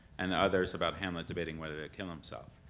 and others about hamlet debating whether to kill himself.